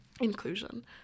inclusion